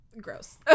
Gross